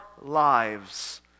lives